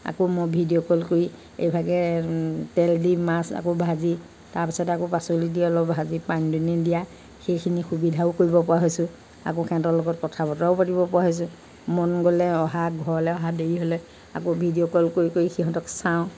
আকৌ মই video call কৰি এইভাগে তেল দি মাছ আকৌ ভাজি তাৰ পাছতে আকৌ পাচলি দি অলপ ভাজি পানী দুনি দিয়া সেইখিনি সুবিধাও কৰিব পৰা হৈছোঁ আকৌ সিহঁতৰ লগত কথা বতৰাও পাতিব পৰা হৈছোঁ মন গ'লে অহা ঘৰলৈ অহাত দেৰি হ'লে আকৌ ভিডিঅ' কল কৰি কৰি সিহঁতক চাওঁ